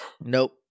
Nope